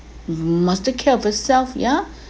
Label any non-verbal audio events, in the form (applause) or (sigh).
you must take care of yourself yeah (breath)